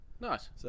Nice